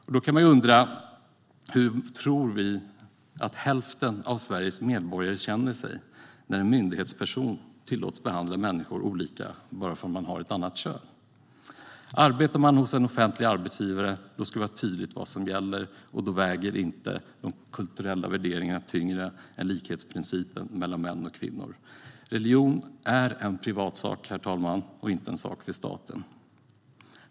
Man kan undra hur hälften av Sveriges medborgare känner sig när en myndighetsperson tillåts behandla människor olika för att de har ett annat kön. Arbetar man hos en offentlig arbetsgivare ska det vara tydligt vad som gäller, och då väger inte kulturella värderingar tyngre än principen om likhet mellan män och kvinnor. Religion är en privatsak, herr talman, och inte en sak för staten.